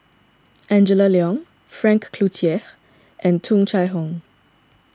Angela Liong Frank Cloutier and Tung Chye Hong